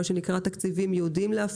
תקציבים ייעודיים.